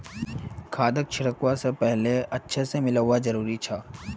खादक छिड़कवा स पहले अच्छा स मिलव्वा जरूरी छ